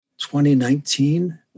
2019